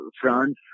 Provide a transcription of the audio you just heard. France